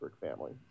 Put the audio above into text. family